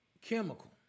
chemical